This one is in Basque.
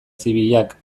zibilak